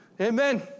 Amen